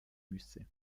müsse